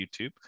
YouTube